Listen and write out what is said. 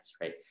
right